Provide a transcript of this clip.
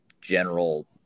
general